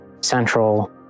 Central